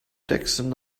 dickson